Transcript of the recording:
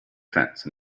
fence